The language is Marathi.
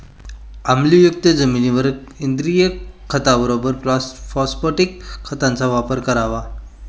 आम्लयुक्त जमिनीत सेंद्रिय खताबरोबर फॉस्फॅटिक खताचा वापर करावा